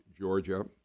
Georgia